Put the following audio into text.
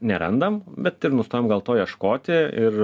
nerandam bet ir nustojom gal to ieškoti ir